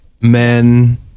Men